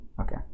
okay